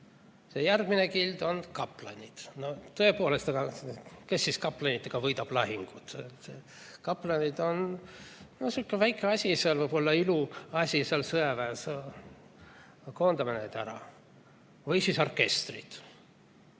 See järgmine kild on kaplanid. Tõepoolest, kes siis kaplanitega võidab lahingud? Kaplanid on suhteliselt väike asi, võib-olla iluasi seal sõjaväes. Koondame nad ära. Või orkestrid.